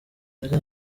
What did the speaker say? hari